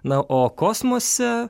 na o kosmose